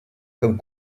comme